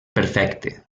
perfecte